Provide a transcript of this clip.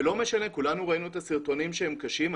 וכולנו ראינו את הסרטונים הקשים,